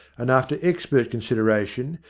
and, after expert con sideration,